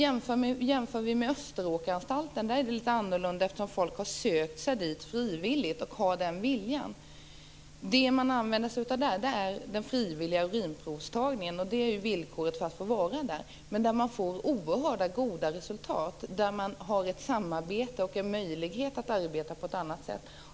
På Österåkeranstalten är det litet annorlunda eftersom folk har sökt sig dit frivilligt. Där använder man sig av den frivilliga urinprovstagningen. Det är villkoret för att man skall få vara där. Man får mycket goda resultat där genom att man samarbetar och har möjlighet att arbeta på ett annat sätt.